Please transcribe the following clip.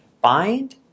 bind